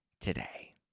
today